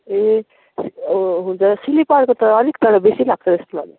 ए हुन्छ स्लिपरको त अलिक तर बेसी लाग्छ जस्तो लाग्यो